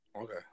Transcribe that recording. Okay